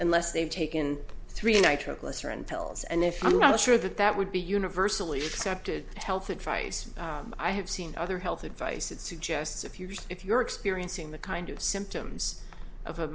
unless they've taken three nitroglycerin pills and if i'm not sure that that would be universally accepted health advice i have seen other health advice that suggests a future if you're experiencing the kind of symptoms of a